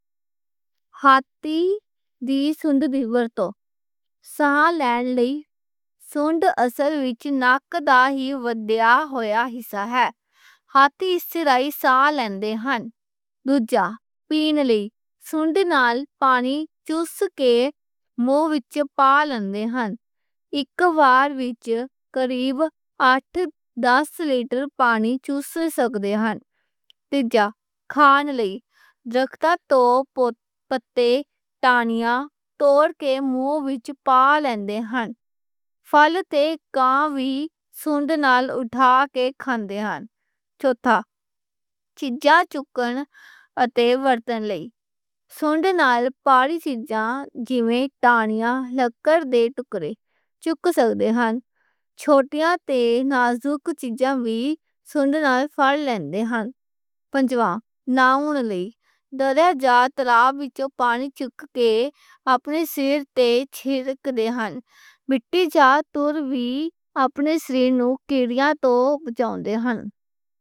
ہاتھی دی سونڈ اصل وچ ناک دا ہی وڈیا ہویا حصہ اے۔ ہاتھی سونڈ نال سانس لیندے ہن۔ دوجھا، پین لئی سونڈ نال پانی چوس کے مونہہ وچ پا لندے ہن۔ اک وار وچ قریب آٹھ دس لیٹر پانی چوس سک دے ہن۔ تیجا، کھان لئی درختاں توں پتے تے ٹانیاں توڑ کے مونہہ وچ پا لندے ہن۔ پھل تے کان بھی سونڈ نال اٹھا کے کھا لندے ہن۔ چوتھا، چیزاں چکنا اتے ورتن لئی سونڈ نال بھاری چیزاں جیویں ٹانیاں، لکڑ دے ٹکڑے چک سک دے ہن۔ چھوٹیاں تے نازک چیزاں بھی سونڈ نال پھڑ لین دے ہن۔ پنجواں، نہاون لئی دریا جاں تالاب وچ پانی چک کے اپنے سریر تے چھینٹے کردے ہن۔ مٹی جاں کیچڑ بھی اپنے سریر نوں کیڑیاں توں بچاؤن لئی لاؤندے ہن۔